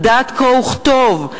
לדעת קרוא וכתוב,